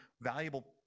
valuable